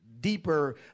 deeper